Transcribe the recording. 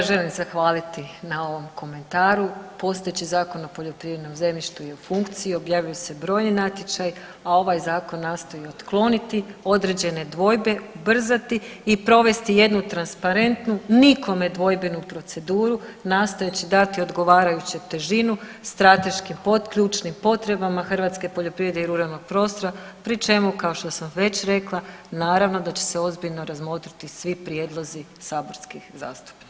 Pa ja želim zahvaliti na ovom komentaru, postojeći Zakon o poljoprivrednom zemljištu je u funkciji objavljuju se brojni natječaji, a ovaj zakon nastoji otkloniti određene dvojbe, ubrzati i provesti jednu transparentnu nikome dvojbenu proceduru nastojeći dati odgovarajuću težinu, strateški potključnim potrebama hrvatske poljoprivrede i ruralnog prostora pri čemu kao što sam već rekla naravno da će se ozbiljno razmotriti svi prijedlozi saborskih zastupnika.